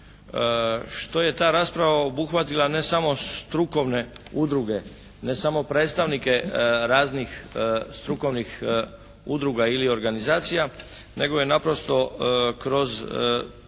što je ta rasprava obuhvatila ne samo strukovne udruge, ne samo predstavnike raznih strukovnih udruga ili organizacija, nego je naprosto kroz jedan